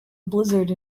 blizzard